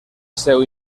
seu